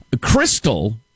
Crystal